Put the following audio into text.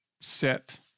set